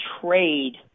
trade